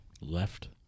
left